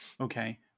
Okay